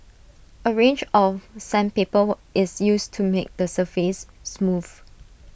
A range of sandpaper were is used to make the surface smooth